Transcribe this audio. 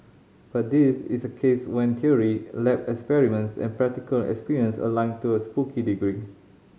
but this is a case when theory lab experiments and practical experience align to a spooky degree